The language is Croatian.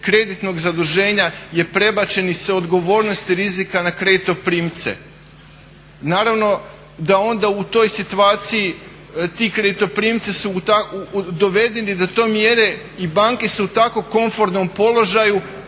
kreditnog zaduženja je prebačen i s odgovornosti rizika na kreditnoprimce. Naravno da onda u toj situaciji ti kreditoprimci su dovedeni do te mjere i banke su u tako komfornom položaju